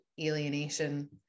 alienation